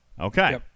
Okay